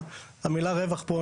המילה רווח פה,